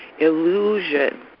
illusion